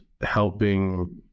helping